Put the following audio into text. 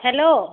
hello